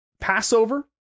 Passover